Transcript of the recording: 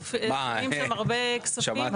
מעבירים שם הרבה כספים,